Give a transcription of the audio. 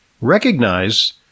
recognize